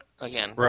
again